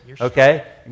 okay